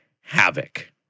havoc